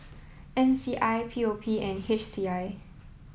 M C I P O P and H C I